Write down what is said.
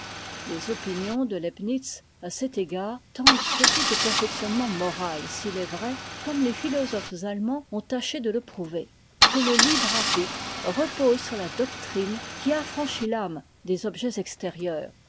les opinions de leibnitz à cet égard tendent surtout au perfectionnement moral s'il est vrai comme les philosophes allemands ont tâché dë le prouver que le libre arbitre repose sur la doctrine qui affranchit l'âme des objets extérieurs